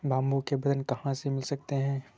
Bamboo के बर्तन कहाँ से मिल सकते हैं?